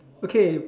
okay